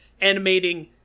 animating